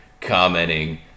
commenting